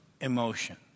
emotion